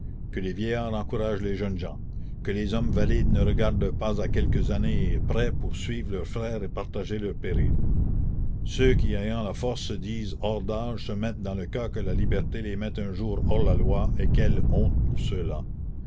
que les vieillards encouragent les jeunes gens que les hommes valides ne regardent pas à quelques la commune années près pour suivre leurs frères et partager leurs périls ceux qui ayant la force se disent hors d'âge se mettent dans le cas que la liberté les mette un jour hors la loi et quelle honte pour